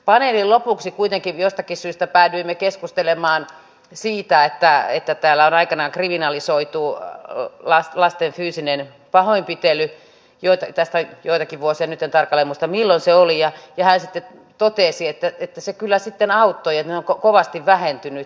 paneelin lopuksi kuitenkin jostakin syystä päädyimme keskustelemaan siitä että täällä on aikanaan kriminalisoitu lasten fyysinen pahoinpitely tästä on joitakin vuosia nyt en tarkalleen muista milloin se oli ja hän sitten totesi että se kyllä sitten auttoi ne ovat kovasti vähentyneet